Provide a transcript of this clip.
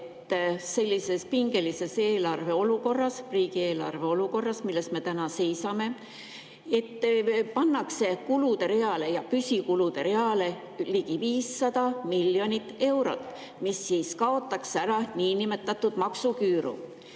sellises pingelises eelarve olukorras, riigieelarve olukorras, milles me täna seisame, pannakse kulude reale, püsikulude reale ligi 500 miljonit eurot, mis kaotab ära niinimetatud maksuküüru.